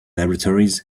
laboratories